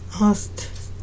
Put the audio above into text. asked